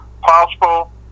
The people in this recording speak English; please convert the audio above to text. possible